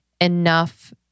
enough